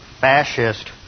fascist